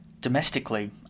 Domestically